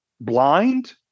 blind